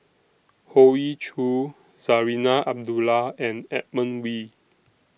Hoey Choo Zarinah Abdullah and Edmund Wee